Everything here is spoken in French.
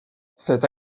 cette